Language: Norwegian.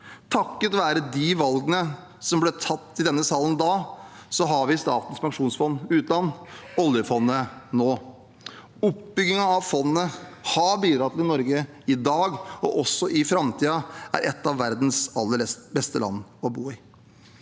Takket være de valgene som ble tatt i denne salen da, har vi Statens pensjonsfond utland, oljefondet, nå. Oppbyggingen av fondet har bidratt til at Norge i dag er – og også i framtiden vil være – et av verdens aller beste land å bo i.